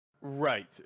Right